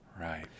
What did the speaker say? Right